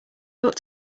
ought